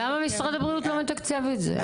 למה משרד הבריאות לא מתקצב את זה?